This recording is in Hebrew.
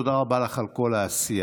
תודה רבה לך על כל העשייה,